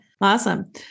awesome